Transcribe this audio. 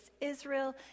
Israel